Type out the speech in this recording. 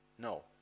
No